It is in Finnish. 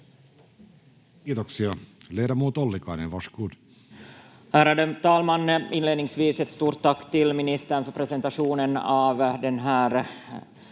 Kiitoksia. — Ledamot Ollikainen, varsågod.